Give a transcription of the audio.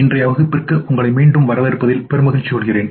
இன்றைய வகுப்பிற்கு உங்களை மீண்டும் வரவேற்பதில் பெரு மகிழ்ச்சி கொள்கிறேன்